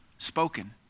spoken